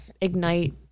ignite